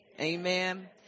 Amen